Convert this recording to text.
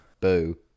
Boo